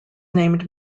named